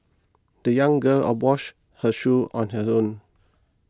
the young girl a wash her shoe on her own